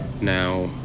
Now